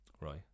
Right